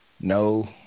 No